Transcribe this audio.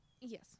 Yes